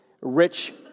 rich